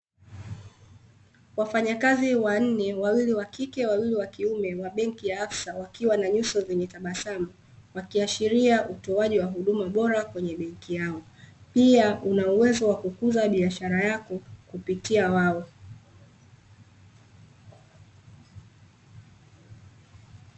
Wafanyakazi wanne wawili wa kike, wawili wakiume wa benki ya absa wakiwa na nyuso zenye tabasamu wakiashiria utoaji wa huduma bora kwenye benki yao. Pia una uwezo wa kukuza biashara yako kupitia wao.